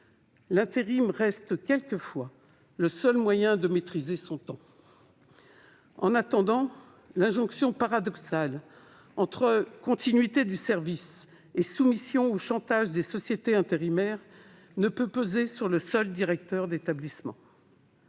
L'intérim reste parfois le seul moyen de maîtriser son temps. En attendant, l'injonction paradoxale entre continuité du service et soumission au chantage des sociétés intérimaires ne peut peser sur le seul directeur d'établissement.